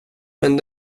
men